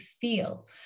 feel